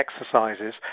exercises